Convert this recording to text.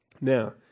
Now